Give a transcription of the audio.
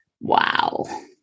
Wow